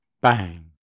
Bang